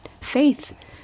faith